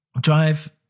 Drive